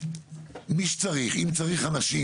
אם צריך אנשים,